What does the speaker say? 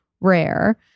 rare